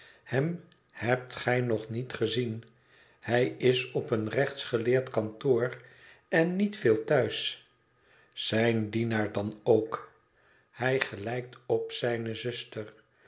hem hebt gij nog niet gezien hij is op een rechtsgeleerd kantoor en niet veel thuis zijn dienaar dan ook hij gelijkt op zijne zuster